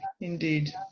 Indeed